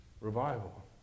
revival